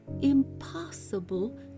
impossible